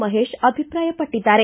ಮಹೇಶ್ ಅಭಿಪ್ರಾಯಪಟ್ಟದ್ದಾರೆ